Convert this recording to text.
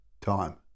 time